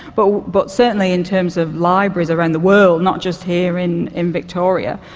but but certainly in terms of libraries around the world, not just here in in victoria,